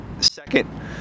second